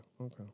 okay